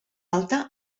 alta